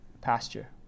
pasture